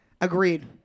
Agreed